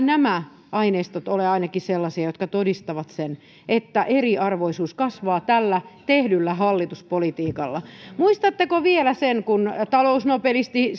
nämä aineistot ole sellaisia jotka todistavat että eriarvoisuus kasvaa tällä tehdyllä hallituspolitiikalla muistatteko vielä sen kun talousnobelisti